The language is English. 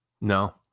No